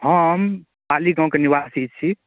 हम पाली गामके निवासी छी